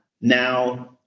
now